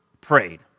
prayed